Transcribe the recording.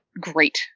great